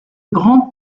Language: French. grand